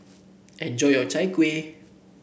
enjoy your Chai Kuih